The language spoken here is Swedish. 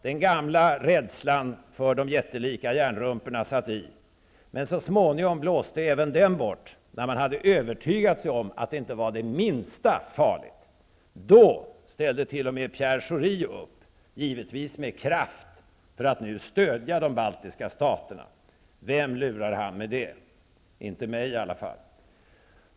Den gamla rädslan för de jättelika järnrumporna satt i, men så småningom blåste även den bort, när man hade övertygat sig om att det inte var det minska farligt. Då ställde t.o.m. Pierre Schori upp, givetvis med kraft, för att stödja de baltiska staterna. Vem lurar han med det? Inte mig i alla fall.